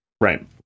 Right